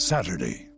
Saturday